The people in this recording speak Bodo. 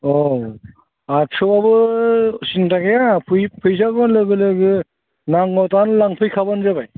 औ आदस'बाबो सिनथा गैया फैसाखौ लोगो लोगो नांगौबा दानो लांफैखाबानो जाबाय